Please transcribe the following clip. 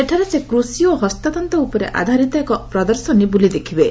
ସେଠାରେ ସେ କୃଷି ଓ ହସ୍ତତ୍ତ ଉପରେ ଆଧାରିତ ଏକ ପ୍ରଦର୍ଶନୀ ବୁଲି ଦେଖିବେ